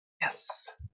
Yes